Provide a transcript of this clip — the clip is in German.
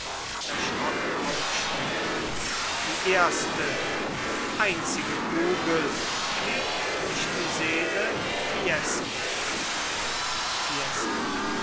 erschrocken aufspringend die erste einzige kugel fliegt durch die seele fiescos fiesco